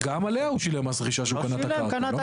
גם עליה הוא שילם מס רכישה, כשהוא קנה את הקרקע.